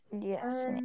Yes